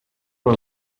for